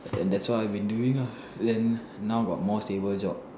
and that's all I've been doing lah then now got more stable job